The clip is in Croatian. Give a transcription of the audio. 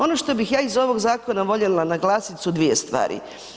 Ono što bih ja iz ovog zakona voljela naglasiti su dvije stvari.